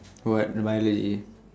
what Biology